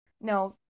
No